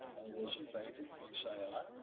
all those in favor and please say aye.